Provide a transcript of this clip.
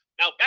now